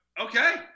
Okay